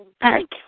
Thank